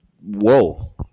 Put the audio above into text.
Whoa